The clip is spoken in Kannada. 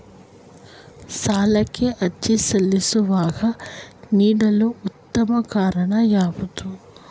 ಸಾಲಕ್ಕೆ ಅರ್ಜಿ ಸಲ್ಲಿಸುವಾಗ ನೀಡಲು ಉತ್ತಮ ಕಾರಣ ಯಾವುದು?